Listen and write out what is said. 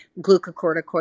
glucocorticoid